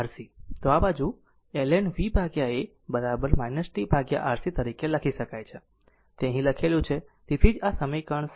તો આ બાજુ ln V A t RC તરીકે લખી શકાય છે તે અહીં લખેલું છે તેથી જ આ સમીકરણ 7